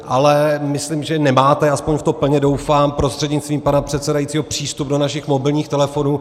Ale myslím, že nemáte, aspoň v to plně doufám, prostřednictvím pana předsedajícího, přístup do našich mobilních telefonů.